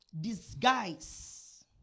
Disguise